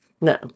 no